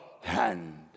hand